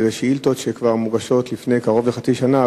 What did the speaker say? ששאילתות שמוגשות לפני כחצי שנה,